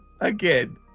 again